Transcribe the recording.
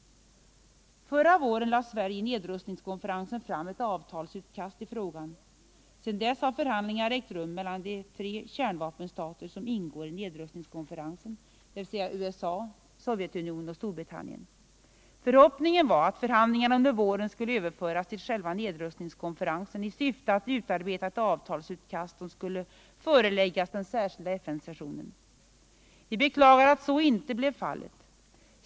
Förra våren lade Sverige på nedrustningskonferensen fram ett avtalsutkast i frågan. Sedan dess har förhandlingar ägt rum mellan de tre kärnvapenstater som ingår i nedrustningskonferensen, dvs. USA, Sovjetunionen och Storbritannien. Förhoppningen var att förhandlingarna under våren skulle överföras till själva nedrustningskonferensen, i syfte att utarbeta ett avtalsutkast som sxulle kunna föreläggas den särskilda FN-sessionen. Vi beklagar att så inte blev fallet.